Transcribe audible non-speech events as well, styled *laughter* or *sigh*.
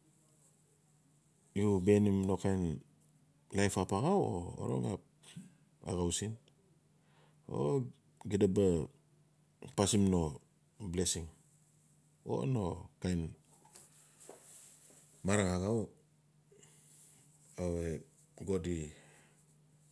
*noise* o u bihainim no kain life ap axau o orong ap axau siin, o xida ba pasin no blessing o no kain *hesitation* marang axau a we god i.